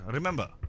Remember